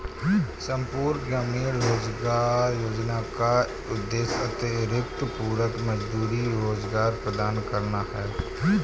संपूर्ण ग्रामीण रोजगार योजना का उद्देश्य अतिरिक्त पूरक मजदूरी रोजगार प्रदान करना है